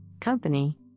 Company